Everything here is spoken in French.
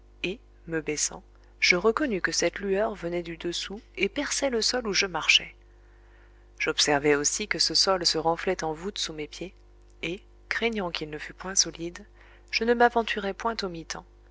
et me baissant je reconnus que cette lueur venait du dessous et perçait le sol où je marchais j'observai aussi que ce sol se renflait en voûte sous mes pieds et craignant qu'il ne fût point solide je ne m'aventurai point au